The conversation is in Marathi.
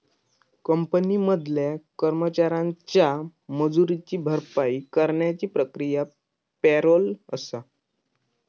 कंपनी मधल्या कर्मचाऱ्यांच्या मजुरीची भरपाई करण्याची प्रक्रिया पॅरोल आसा